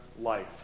life